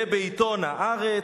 ובעיתון "הארץ":